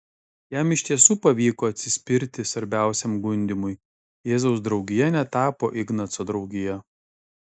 jam iš tiesų pavyko atsispirti svarbiausiam gundymui jėzaus draugija netapo ignaco draugija